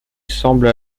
semble